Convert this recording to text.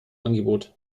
angebot